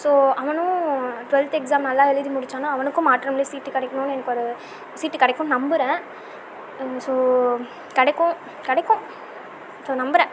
so அவனும் twelfth exam நல்லா எழுதி முடித்தான்னா அவனுக்கும் மாற்றம்லேயே சீட் கிடைக்கணுனு எனக்கு ஒரு சீட் கிடைக்கும்னு நம்புகிறேன் ஸோ கிடைக்கும் கிடைக்கும் ஸோ நம்புகிறேன்